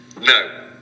no